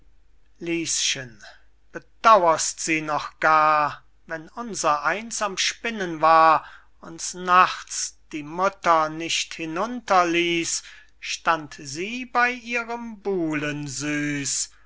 lieschen bedauerst sie noch gar wenn unser eins am spinnen war uns nachts die mutter nicht hinunterließ stand sie bey ihrem buhlen süß